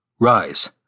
Rise